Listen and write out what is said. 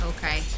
Okay